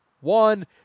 One